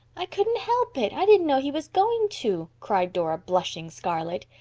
i couldn't help it. i didn't know he was going to, cried dora, blushing scarlet.